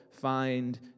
find